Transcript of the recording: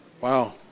Wow